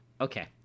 Okay